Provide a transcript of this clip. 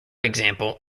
example